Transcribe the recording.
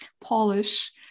Polish